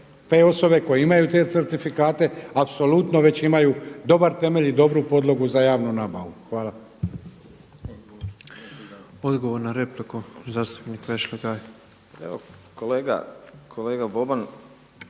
te osobe koje imaju te certifikate apsolutno već imaju dobar temelj i dobru podlogu za javnu nabavu. Hvala. **Petrov, Božo (MOST)** Odgovor na repliku zastupnik Vešligaj. **Vešligaj,